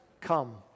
come